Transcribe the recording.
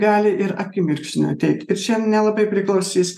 gali ir akimirksniu ateit ir čia nelabai priklausys